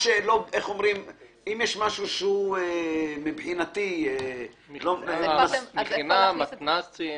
אם יש משהו שמבחינתי --- מכינה, מתנ"סים,